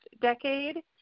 decade